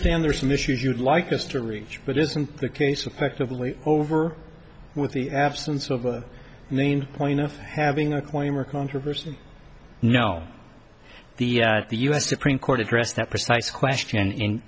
stand there are some issues you would like this to reach but isn't the case affectively over with the absence of the main point of having a claim or controversy no the the us supreme court addressed that precise question in